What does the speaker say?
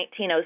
1907